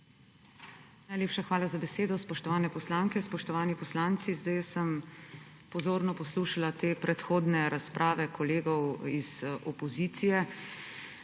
Najlepša hvala za besedo. Spoštovane poslanke, spoštovani poslanci! Zdaj sem pozorno poslušala te predhodne razprave kolegov iz opozicije.